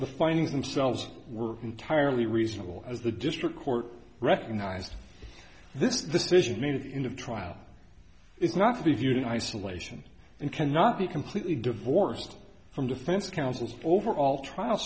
the findings themselves were entirely reasonable as the district court recognized this decision made in of trial is not to be viewed in isolation and cannot be completely divorced from defense counsel's overall trial